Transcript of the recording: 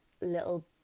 little